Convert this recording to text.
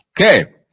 Okay